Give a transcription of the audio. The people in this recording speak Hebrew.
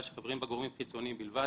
שחברים בהן גורמים חיצוניים בלבד,